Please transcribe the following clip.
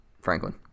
Franklin